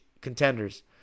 contenders